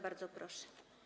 Bardzo proszę.